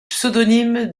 pseudonyme